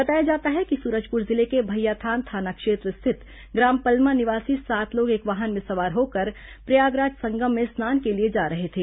बताया जाता है कि सूरजपुर जिले के भैयाथान थाना क्षेत्र स्थित ग्राम पलमा निवासी सात लोग एक वाहन में सवार होकर प्रयागराज संगम में स्नान के लिए जा रहे थे